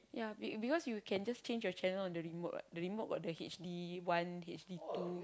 ya be because you can just change your channel on the remote what the remote got the H_D one H_D two